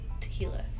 tequila